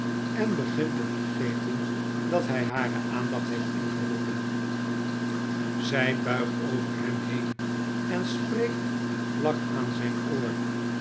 en begint te vergeten dat hij hare aandaoht heeft ingeroepen zij buigt over hem heen en spreekt vlak aan zijn oor